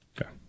Okay